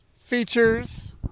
features